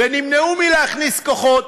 ונמנעו מלהכניס כוחות,